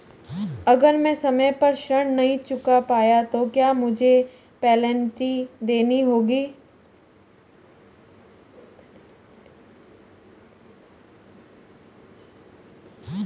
अगर मैं समय पर ऋण नहीं चुका पाया तो क्या मुझे पेनल्टी देनी होगी?